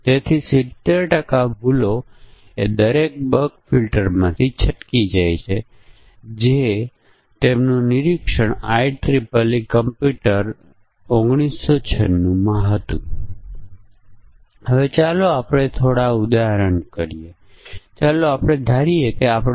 તેથી આ સમસ્યા માટેનું બ્લેક બોક્સ સ્પષ્ટીકરણ છે અને પછી તેને જોઈને આપણે આ નિર્ણય કોષ્ટક વિકસાવીએ છીએ